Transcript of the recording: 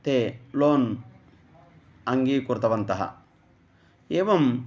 ते लोन् अङ्गीकृतवन्तः एवं